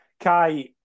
Kai